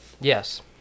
Yes